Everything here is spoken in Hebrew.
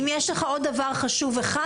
אם יש לך עוד דבר חשוב אחד,